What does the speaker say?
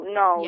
no